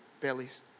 bellies